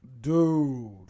Dude